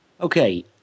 Okay